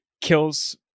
kills